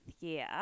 year